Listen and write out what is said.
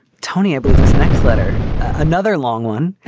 tony, i believe this next letter. another long one